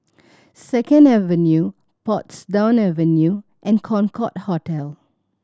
Second Avenue Portsdown Avenue and Concorde Hotel